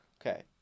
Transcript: Okay